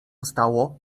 stało